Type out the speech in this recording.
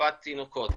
רופאת תינוקות.